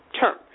term